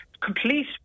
complete